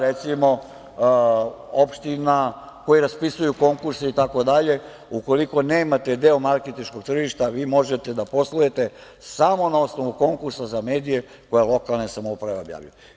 Recimo opština koje raspisuju konkurse itd. ukoliko nemate deo marketinškog tržišta, možete da poslujete samo na osnovu konkursa za mediji koje lokalne samouprave objavljuju.